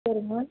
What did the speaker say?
சரிங்க